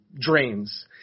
drains